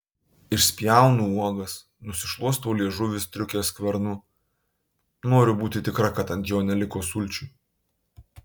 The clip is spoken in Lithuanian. išspjaunu uogas nusišluostau liežuvį striukės skvernu noriu būti tikra kad ant jo neliko sulčių